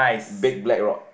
big black rod